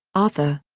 arthur.